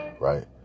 Right